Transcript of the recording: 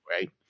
right